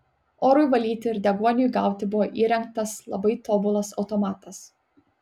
orui valyti ir deguoniui gauti buvo įrengtas labai tobulas automatas